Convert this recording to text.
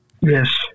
Yes